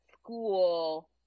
school